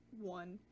one